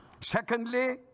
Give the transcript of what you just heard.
Secondly